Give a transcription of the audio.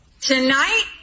tonight